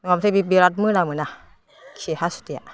नङाबाथाय बे बिरात मोनामो ना खि हासुदैया